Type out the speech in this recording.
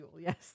Yes